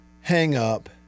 hang-up